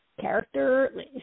character